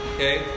Okay